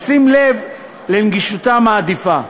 בשים לב לנגישותה העדיפה.